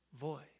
voice